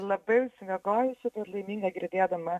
labai užsimiegojusi ir laiminga girdėdama